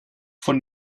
von